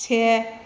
से